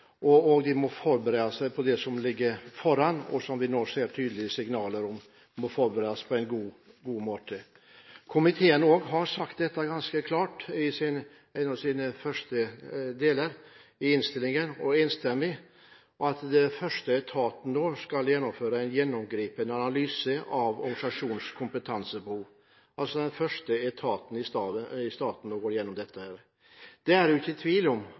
omstillingstid, og de må forberede seg på det som ligger foran, som vi nå ser tydelige signaler om, på en god måte. Komiteen har også enstemmig sagt dette ganske klart i en av sine første merknader i innstillingen: «Forsvaret som den første etaten i staten skal gjennomføre en gjennomgripende analyse av organisasjonens kompetansebehov». Det er altså den første etaten i staten til å gjennomføre det. Det er ikke tvil om